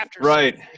Right